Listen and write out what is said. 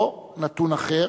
או נתון אחר,